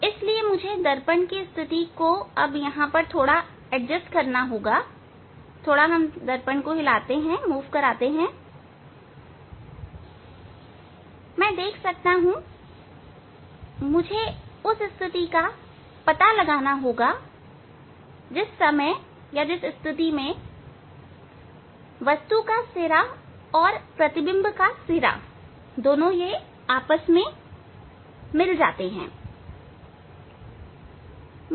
इसलिए मुझे दर्पण की स्थिति को यहां एडजस्ट करना होगा मैं देख सकता हूं मुझे उस स्थिति का पता लगाना होगा जिस स्थिति पर वस्तु का सिरा और प्रतिबिंब का सिरा मिलता है